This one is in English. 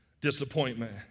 disappointment